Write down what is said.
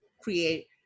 create